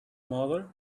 mother